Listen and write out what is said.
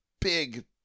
big